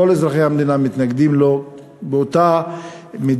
כל אזרחי המדינה מתנגדים לו באותה מידה,